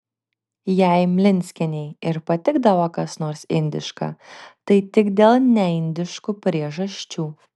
jei mlinskienei ir patikdavo kas nors indiška tai tik dėl neindiškų priežasčių